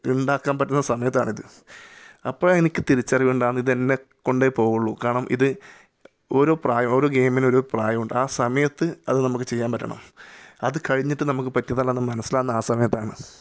ഉണ്ടാക്കാൻ പറ്റുന്ന സമയത്താണ് ഇത് അപ്പോഴാണ് എനിക്ക് തിരിച്ചറിവ് ഉണ്ടാകുന്നത് ഇത് എന്നെയും കൊണ്ടേ പോകുള്ളൂ കാരണം ഇത് ഓരോ പ്രായം ഓരോ ഗെയിമിന് ഓരോ പ്രായം ഉണ്ട് ആ സമയത്ത് അത് നമുക്ക് ചെയ്യാൻ പറ്റണം അത് കഴിഞ്ഞിട്ട് നമുക്ക് അത് പറ്റിയതല്ല എന്ന് മനസ്സിലാവുന്നത് ആ സമയത്താണ്